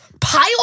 pile